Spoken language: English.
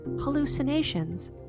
hallucinations